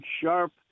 sharp